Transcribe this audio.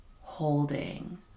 Holding